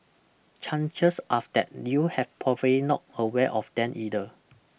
chances after that you have probably not aware of them either